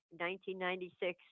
1996